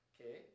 Okay